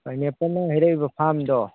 pineapple ꯅꯪꯅ ꯍꯥꯏꯔꯛꯏꯕ ꯐꯥꯔꯝꯗꯣ